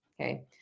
Okay